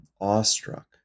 awestruck